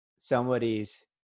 somebody's